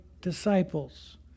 disciples